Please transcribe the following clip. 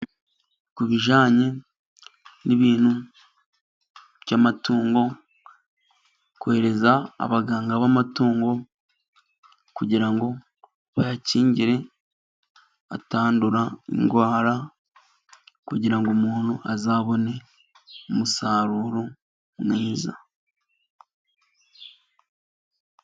Ku bijyanye n'ibintu by'amatungo, kohereza abaganga b'amatungo kugira ngo bayakingire atandura indwara, kugira ngo umuntu azabone umusaruro mwiza.